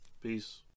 peace